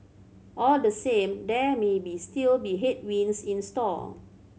all the same there maybe still be headwinds in store